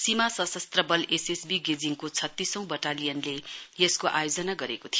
सीमा सशस्त्र बल एसएसबी गेजिङको छतीसौं बटालियनले यसको आयोजना गरेको थियो